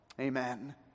Amen